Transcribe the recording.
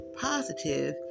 positive